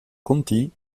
conti